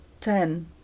ten